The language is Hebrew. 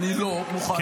אני לא מוכן לקבל את זה.